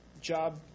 job